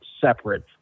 separate